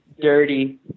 Dirty